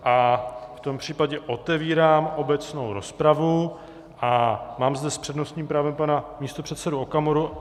V tom případě otevírám obecnou rozpravu a mám zde s přednostním právem pana místopředsedu Okamuru.